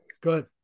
good